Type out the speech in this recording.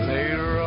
Later